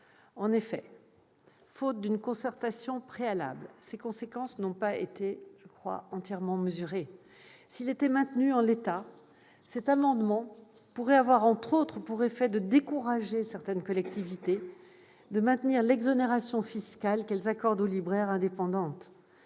En effet, faute d'une concertation préalable, ses conséquences n'ont pas été, à mon sens, entièrement mesurées. S'il était maintenu en l'état, cet amendement pourrait avoir, entre autres, pour effet de décourager certaines collectivités à maintenir l'exonération fiscale qu'elles accordent aux librairies indépendantes.